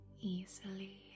easily